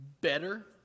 better